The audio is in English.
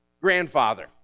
grandfather